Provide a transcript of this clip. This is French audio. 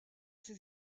ses